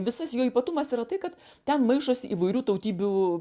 visas jo ypatumas yra tai kad ten maišosi įvairių tautybių